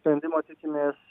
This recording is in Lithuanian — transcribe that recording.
sprendimo tikimės